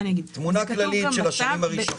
תמונה כללית של השנים הראשונות.